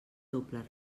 doble